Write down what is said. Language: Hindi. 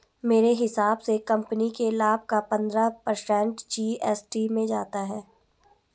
मेरे हिसाब से कंपनी के लाभ का पंद्रह पर्सेंट जी.एस.टी में जाता है